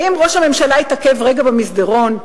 האם ראש הממשלה התעכב רגע במסדרון?